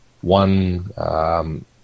one